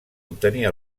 obtenir